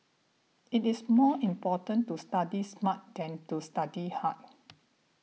it is more important to study smart than to study hard